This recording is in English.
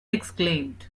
exclaimed